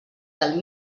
del